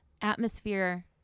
Atmosphere